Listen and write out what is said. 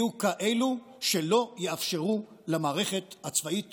יהיו כאלו שלא יאפשרו למערכת הצבאית